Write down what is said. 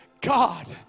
God